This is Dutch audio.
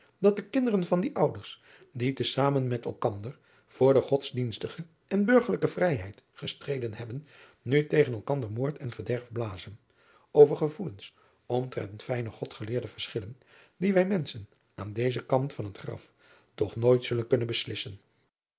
dat de kinderen van die ouders die te zamen met elkan der voor de godsdienstige en burgerlijke vrijheid gestreden hebben nu tegen elkander moord en verderf blazen over gevoelens omtrent fijne godgeleerde verschillen die wij menschen aan dezen kant van het graf toch nooit zullen kunnen beslisfen